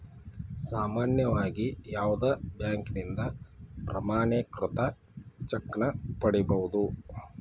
ಸಾಮಾನ್ಯವಾಗಿ ಯಾವುದ ಬ್ಯಾಂಕಿನಿಂದ ಪ್ರಮಾಣೇಕೃತ ಚೆಕ್ ನ ಪಡಿಬಹುದು